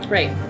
Right